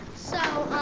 so,